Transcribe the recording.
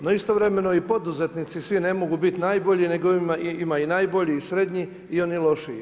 No istovremeno i poduzetnici svi ne mogu biti najbolji, nego ima i najbolji i srednji i oni lošiji.